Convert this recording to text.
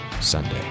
Sunday